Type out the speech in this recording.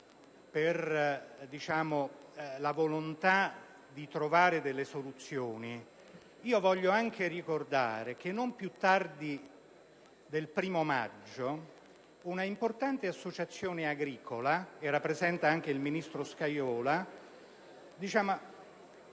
per la volontà di trovare delle soluzioni. Voglio anche ricordare che non più tardi del 1º maggio un'autorevole associazione agricola ‑ era presente anche il ministro Scajola